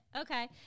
Okay